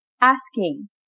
asking